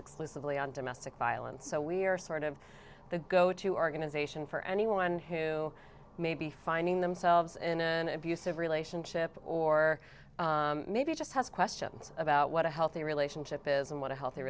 exclusively on domestic violence so we are sort of the go to organization for anyone who may be finding themselves in an abusive relationship or maybe just has questions about what a healthy relationship is and what a healthy